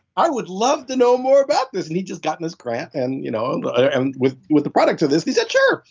i would love to know more about this. and he just got in his grant, and you know but and and with with the product to this he said sure.